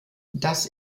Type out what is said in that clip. das